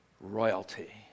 royalty